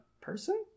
person